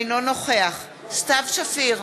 אינו נוכח סתיו שפיר,